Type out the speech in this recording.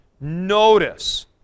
Notice